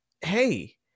hey